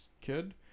kid